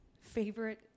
favorite